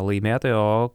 laimėtoją o